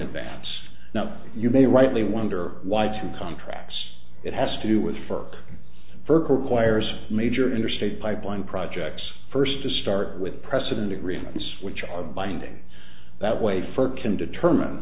advance now you may rightly wonder why two contracts it has to do with firk furcal choir's major interstate pipeline projects first to start with precedent agreements which are binding that way first can determine